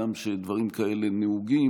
הגם שדברים כאלה נהוגים,